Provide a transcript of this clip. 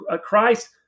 Christ